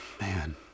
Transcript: man